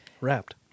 wrapped